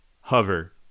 hover